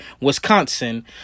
Wisconsin